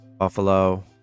Buffalo